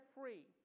free